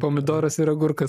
pomidoras ir agurkas